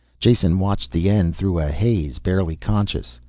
jason watched the end through a haze, barely conscious.